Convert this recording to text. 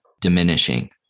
diminishing